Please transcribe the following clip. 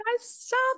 Stop